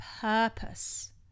purpose